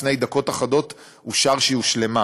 לפני דקות אחדות אושר שהיא הושלמה.